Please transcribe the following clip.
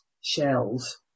shells